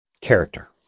character